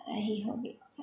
यही हइ